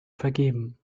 vergeben